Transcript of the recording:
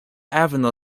avenel